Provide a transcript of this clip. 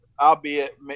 albeit